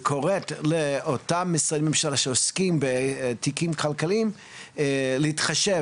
וקוראת לאותם משרדי ממשלה שעוסקים בתיקים כלכליים להתחשב.